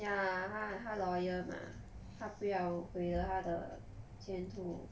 ya 他他 lawyer 吗他不要毁了他的前途